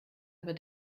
aber